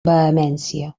vehemència